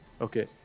Okay